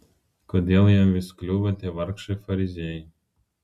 kodėl jam vis kliūva tie vargšai fariziejai